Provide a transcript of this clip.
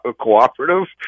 cooperative